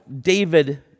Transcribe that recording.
David